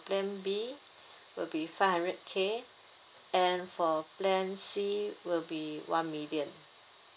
plan B will be five hundred K and for plan C will be one million